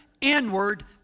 inward